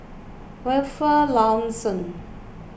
Wilfed Lawson